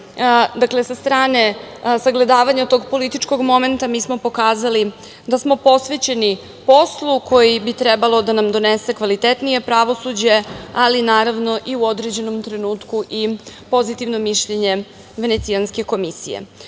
sa te strane, sagledavanja tog političkog momenta mi smo pokazali da smo posvećeni poslu koji bi trebalo da nam donese kvalitetnije pravosuđe, ali naravno i u određenom trenutku i pozitivno mišljenje Venecijanske komisije.